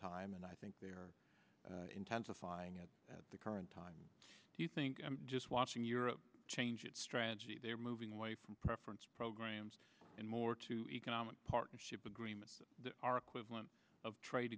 time and i think they are intensifying at the current time do you think just watching europe change its strategy there moving away from preference programs and more to economic partnership agreement our equivalent of trade